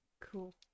Cool